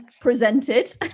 presented